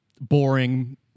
boring